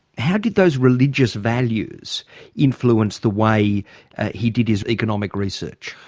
how did those religious values influence the way he did his economic research?